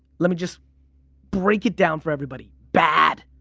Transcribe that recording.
let me just break it down for everybody. bad,